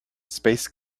space